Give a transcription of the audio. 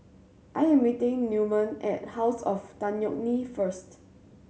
I am meeting Newman at House of Tan Yeok Nee first